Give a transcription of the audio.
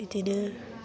बइदिनो